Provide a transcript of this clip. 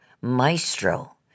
maestro